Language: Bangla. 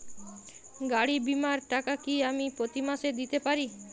গাড়ী বীমার টাকা কি আমি প্রতি মাসে দিতে পারি?